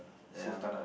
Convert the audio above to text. ya